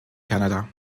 canada